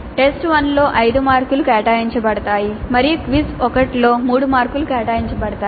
test 1 లో 5 మార్కులు కేటాయించబడతాయి మరియు క్విజ్ 1 లో 3 మార్కులు కేటాయించబడతాయి